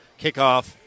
kickoff